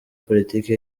politiki